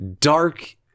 dark